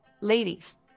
Ladies